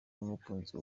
n’umukunzi